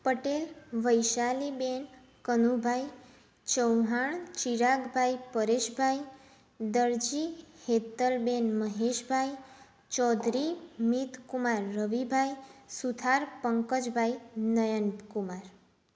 Patel Vaishaliben Kanubhai Chauhan Chiragbhai Pareshbhai Darji Hetalben Maheshbhai Chaudhari Mitkumar Ravibhai Suthar Pankajbhai Nayankumar